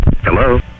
Hello